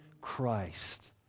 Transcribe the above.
Christ